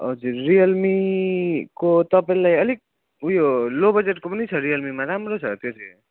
हजुर रियलमीको तपाईँलाई अलिक उयो लो बजेटको पनि छ रियलमीमा राम्रो छ त्यो चाहिँ